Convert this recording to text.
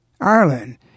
Ireland